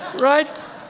Right